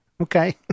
Okay